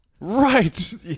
right